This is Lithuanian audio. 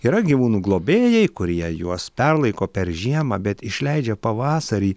yra gyvūnų globėjai kurie juos perlaiko per žiemą bet išleidžia pavasarį